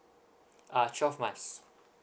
uh twelve months